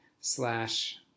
slash